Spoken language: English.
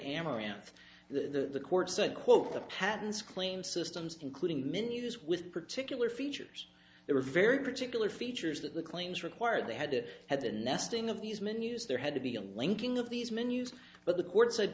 amaranth the court said quote the patents claim systems including menus with particular features there are very particular features that the claims require they had to have the nesting of these menus there had to be a linking of these menus but the court said